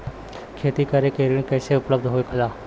खेती करे के ऋण कैसे उपलब्ध होखेला?